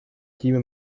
tím